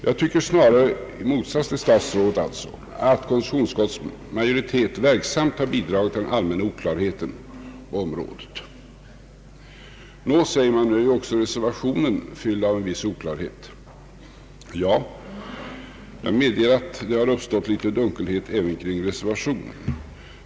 Jag tycker — alltså i motsats till statsrådet — att konstitutionsutskottets majoritet verksamt har bidragit till den allmänna oklarheten på området. Nå, säger man, nu är också reservationen fylld av en viss oklarhet. Jag medger att det har uppstått en smula dunkelhet även kring reservationen.